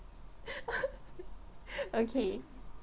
okay